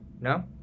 No